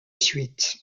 suite